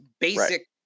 basic